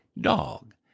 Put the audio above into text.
dog